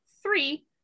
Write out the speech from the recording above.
three